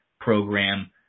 program